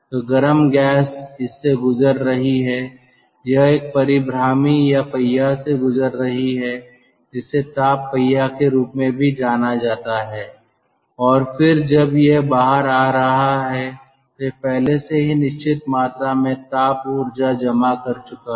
तो गर्म गैस इस से गुजर रही है यह एक परीभ्रामी या पहिया से गुजर रही है जिसे ताप पहिया के रूप में भी जाना जाता है और फिर जब यह बाहर आ रहा है तो यह पहले से ही निश्चित मात्रा में ताप ऊर्जा जमा कर चुका है